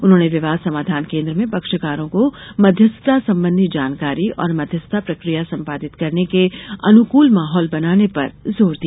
उन्होंने विवाद समाधान केन्द्र में पक्षकारों को मध्यस्थता संबंधी जानकारी और मध्यस्थता प्रक्रिया संपादित करने के अनुकूल माहौल बनाने पर जोर दिया